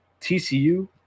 TCU